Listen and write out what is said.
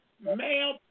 male